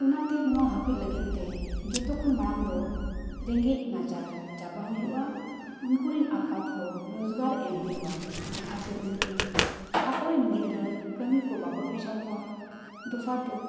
ᱚᱱᱟᱛᱮ ᱱᱚᱣᱟ ᱦᱟᱹᱯᱤᱫ ᱞᱟᱹᱜᱤᱫ ᱛᱮ ᱡᱷᱚᱛᱚ ᱠᱷᱚᱱ ᱢᱟᱲᱟᱝ ᱫᱚ ᱨᱮᱸᱜᱮᱡ ᱱᱟᱪᱟᱨ ᱪᱟᱵᱟ ᱦᱩᱭᱩᱜᱼᱟ ᱩᱱᱠᱩ ᱨᱮᱱ ᱟᱯᱟᱛ ᱠᱚ ᱨᱳᱡᱽᱜᱟᱨ ᱮᱢ ᱦᱩᱭᱩᱜᱼᱟ ᱡᱟᱦᱟᱸᱛᱮ ᱩᱱᱠᱩ ᱟᱠᱚ ᱨᱮᱱ ᱜᱤᱫᱽᱨᱟᱹ ᱠᱟᱹᱢᱤ ᱠᱚ ᱵᱟᱠᱚ ᱵᱷᱮᱡᱟ ᱠᱚᱣᱟ ᱫᱚᱥᱟᱨ ᱫᱚ